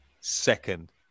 second